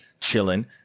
chilling